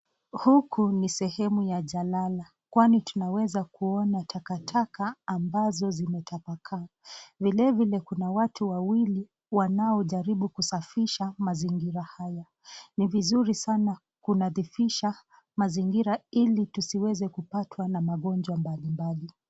Huku ni sehemu ya jalala kwani tunaweza kuona takataka ambazo zimetapakaa. Vilevile kuna watu wawili wanaojaribu kusafisha mazingira haya. Ni vizuri sana kunadhifisha mazingira ili tusiweze kupatwa na magonjwa mbalimbali.